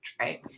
right